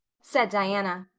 said diana,